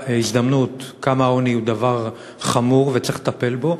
הזדמנות להגיד כמה העוני הוא דבר חמור וצריך לטפל בו,